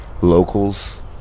locals